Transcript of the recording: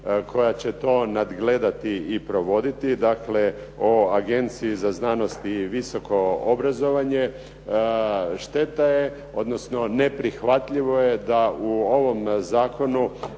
koja će to nadgledati i provoditi, dakle o Agenciji za znanost i visoko obrazovanje, šteta je odnosno neprihvatljivo je da u ovom zakonu